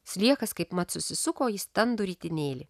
sliekas kaipmat susisuko į standų ritinėlį